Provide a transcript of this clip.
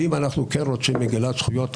אם אנחנו כן רוצים מגילת זכויות האדם,